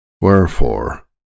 Wherefore